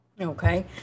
Okay